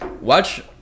watch